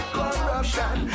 corruption